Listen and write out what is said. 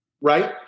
right